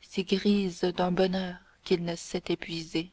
s'y grise d'un bonheur qu'il ne sait épuiser